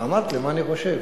ואמרתי מה אני חושב.